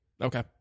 Okay